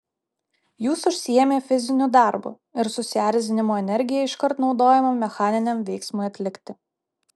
jūs užsiėmę fiziniu darbu ir susierzinimo energija iškart naudojama mechaniniam veiksmui atlikti